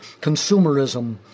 consumerism